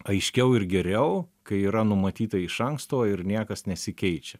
aiškiau ir geriau kai yra numatyta iš anksto ir niekas nesikeičia